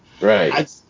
Right